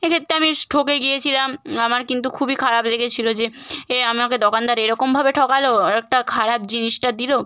সেক্ষেত্রে আমি ঠকে গিয়েছিলাম আমার কিন্তু খুবই খারাপ লেগেছিল যে এ আমাকে দোকানদার এরকমভাবে ঠকালো একটা খারাপ জিনিসটা দিল